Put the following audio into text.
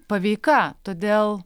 paveika todėl